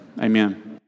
Amen